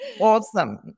awesome